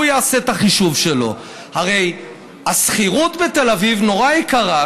הוא יעשה את החישוב שלו: הרי השכירות בתל אביב נורא יקרה,